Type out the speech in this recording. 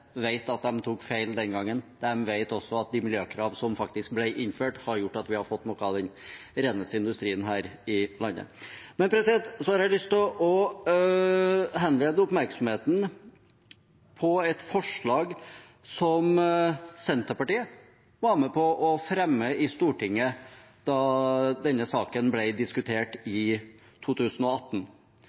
at de tok feil den gangen. De vet også at de miljøkrav som faktisk ble innført, har gjort at vi har fått noe av den reneste industrien her i landet. Så har jeg lyst til å henlede oppmerksomheten på et forslag som Senterpartiet var med på å fremme i Stortinget da denne saken ble diskutert i 2018.